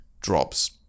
drops